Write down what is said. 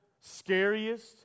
scariest